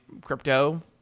crypto